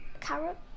Carrot